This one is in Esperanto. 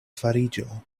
fariĝo